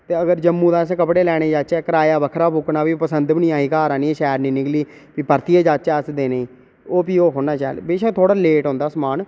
ते अगर जम्मू दा अस कपड़े लैने ई जाहचै कराया बक्खरा फूकना भी पसंद बी निं आए घर आहनियै शैल निं निकली भी परतियै जाहचै अस देने ई ओह् बी ओह् थोह्ड़े न शैल